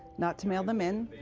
not to mail them in,